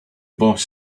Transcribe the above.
boss